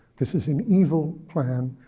this is an evil plan.